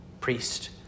priest